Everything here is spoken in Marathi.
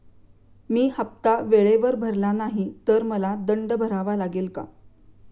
मी हफ्ता वेळेवर भरला नाही तर मला दंड भरावा लागेल का?